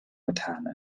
getan